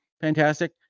Fantastic